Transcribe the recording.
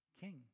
king